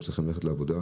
הם צריכים ללכת לעבודה.